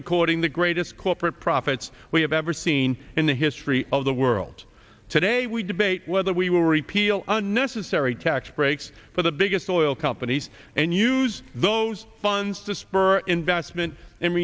recording the greatest corporate profits we have ever seen in the history of the world today we debate whether we will repeal unnecessary tax breaks for the biggest oil companies and use those funds to spur investment